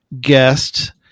guest